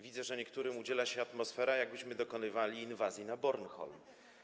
Widzę, że niektórym udziela się atmosfera, jakbyśmy dokonywali inwazji na Bornholm.